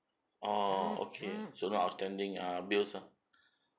orh okay so no outstanding ah bills ah